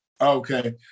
Okay